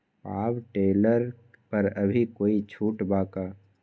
Power tiller पर अभी कोई छुट बा का?